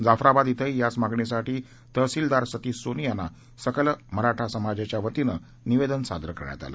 जाफराबाद इथंही याच मागणीसाठी तहसीलदार सतीश सोनी यांना सकल मराठा समाजाच्यावतीनं निवेदन सादर करण्यात आलं